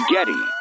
Getty